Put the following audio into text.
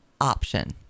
option